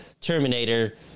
terminator